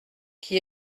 qui